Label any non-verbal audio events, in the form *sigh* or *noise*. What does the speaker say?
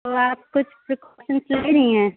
تو آپ کچھ *unintelligible* رہی ہیں